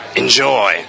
enjoy